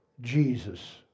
Jesus